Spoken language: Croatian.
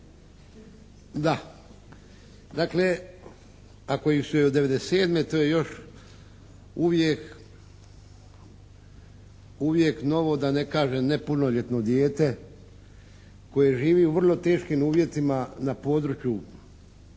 Da. Dakle ako je od '97., to je još uvijek novo da ne kažem punoljetno dijete koje živi u vrlo teškim uvjetima na području